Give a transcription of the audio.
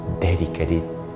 dedicated